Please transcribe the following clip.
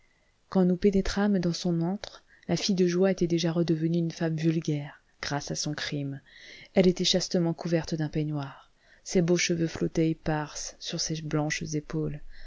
quand nous pénétrâmes dans son antre la fille de joie était déjà redevenue une femme vulgaire grâce à son crime elle était chastement couverte d'un peignoir ses beaux cheveux flottaient épars sur ses blanches épaules